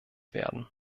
werden